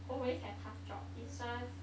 always have tough job it's just